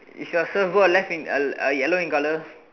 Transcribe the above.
is your surfboard left in a a yellow in color